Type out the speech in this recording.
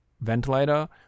ventilator